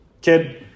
Kid